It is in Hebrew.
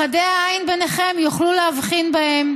חדי העין ביניכם יוכלו להבחין בהם,